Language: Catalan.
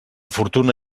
fortuna